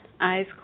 eyes